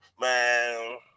man